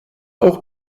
auch